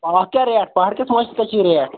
اَتھ کیٛاہ ریٚٹ پَہاڑ کِس مانٛچھَس کیٛاہ چھِ ریٚٹ